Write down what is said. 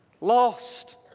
lost